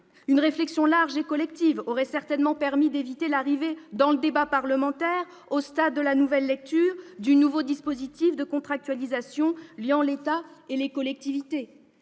Une réflexion large et collective aurait certainement permis d'éviter l'arrivée dans le débat parlementaire, au stade de la nouvelle lecture, du nouveau dispositif de contractualisation liant l'État et les collectivités.